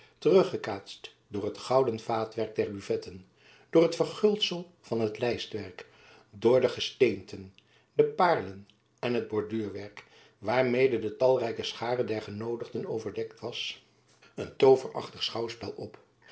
teruggekaatst door het gouden vaatwerk der bufetten door het verguldsel van het lijstwerk door de gesteenten de paerlen en het borduurwerk waarmede de talrijke schare der genoodigden overdekt was een tooverachtig schouwspel op